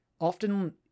often